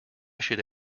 should